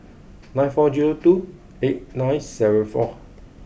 nine four zero two eight nine seven four